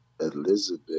Elizabeth